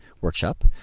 workshop